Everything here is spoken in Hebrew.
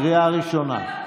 קריאה ראשונה.